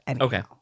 Okay